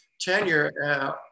tenure